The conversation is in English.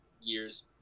years